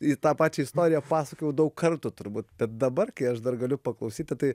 į tą pačią istoriją pasakojau daug kartų turbūt tad dabar kai aš dar galiu paklausyti tai